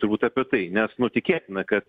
turbūt apie tai nes nu tikėtina kad